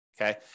Okay